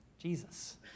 Jesus